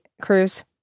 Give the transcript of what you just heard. cruise